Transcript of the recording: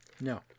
No